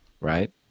right